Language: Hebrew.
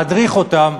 להדריך אותם,